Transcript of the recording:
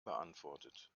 beantwortet